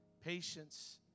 patience